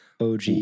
OG